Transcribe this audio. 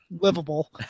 livable